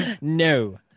No